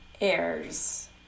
heirs